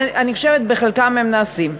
ואני חושבת שבחלקם הדברים נעשים.